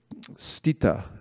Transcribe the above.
stita